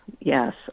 Yes